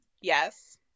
Yes